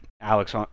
Alex